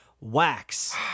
wax